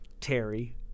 Terry